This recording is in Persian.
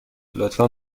لطفا